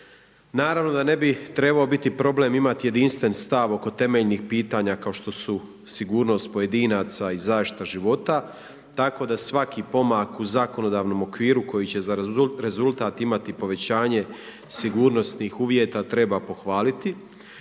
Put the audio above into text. Naravno da ne bi trebao biti problem imati jedinstveni stav oko temeljnih pitanja kao što su sigurnost pojedinaca i zaštita života, tako da svaki pomak u zakonodavnom okviru koji će za rezultat imati povećanje sigurnosnih uvjeta treba pohvaliti.